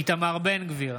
בעד איתמר בן גביר,